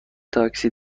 تاکسی